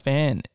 Fan